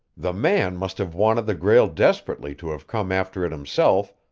the man must have wanted the grail desperately to have come after it himself,